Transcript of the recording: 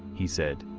he said.